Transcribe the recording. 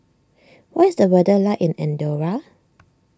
what is the weather like in Andorra